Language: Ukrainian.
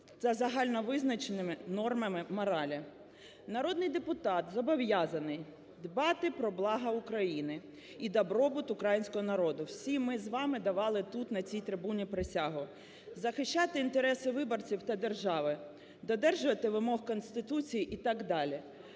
та загально-визначеними нормами моралі. Народний депутат зобов'язаний дбати про благо України і добробут українського народу. Всі ми з вами давали тут на цій трибуні присягу: захищати інтереси виборців та держави; додержуватися вимог Конституції і так далі…